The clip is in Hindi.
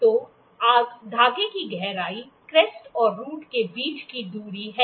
तो धागे की गहराई क्रेस्ट और रूट के बीच की दूरी है